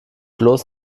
bloß